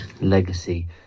Legacy